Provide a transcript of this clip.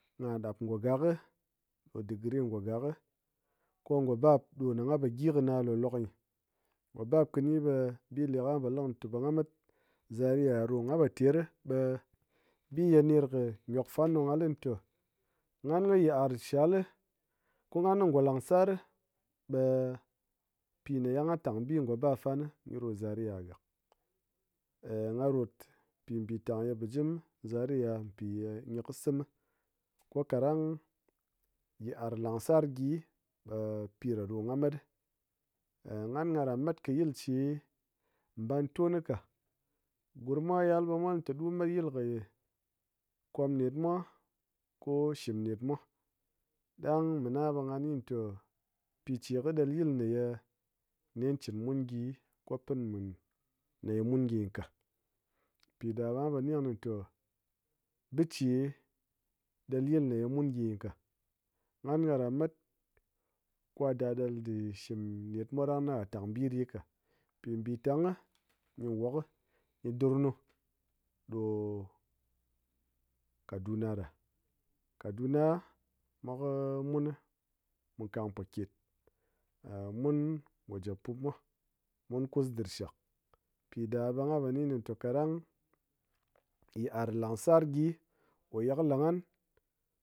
Gha ɗap ngo gak, degree ngo gak ko ngo bab ɗo ghan po gyi kɨné kɨ lokloknyi, ngo bab kɨni ɓe bile ko ghan po le kɨné té gha met zaria ɗo ghan po ter ɓe ɓiye ner kɨ nyok fan ɗo gha le nté, gha kɨ yit'ar shal, ko ghan ngoláng sar ɓe pinéye gha tang bi ngo bap fan nyi ɗo zaria gak gha rot mpi mbitang ye ɓɨgɨm zaria mpi ye nyi kɨ sɨm, ko kádang yit'ar langsar gyi ɓe piɗá ɗo gha mat ghan gha ran mat yil che mbantom ka, gurm mwa yal ɓe mwa ne ɗun met yil komnet mwa, ko shɨm net mwa, ɗang mena ɓe gha ni nté pi che kɨ ɗel yil ne ye nen chin mun gyi ko pɨn mun néye mun gyi nyi ka, mpi ɗa ɓe ghan po nyi kɨné nté biche ɗel yil néye mun gyi nyɨ ka, ghan gha ran mat ko a da ɗel ɗe shi shɨm net mwa ɗang na tang bi ɗi ka, mpi mbitang nyi wok nyi ɗɨr nu ɗo kaduna ɗa, kaduna mwa kɨ mun, mu kang po nket mun go jép put mwa, mun kus dɨrshak mpiɗa ɓe ghan po ni nyi té kadang yit'ar láng sar gyi ko ye kɨ le ghan